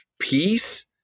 peace